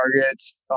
targets